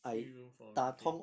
three room four room okay